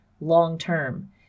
long-term